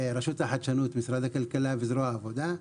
רשות החדשנות, משרד הכלכלה וזרוע העבודה,